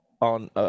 on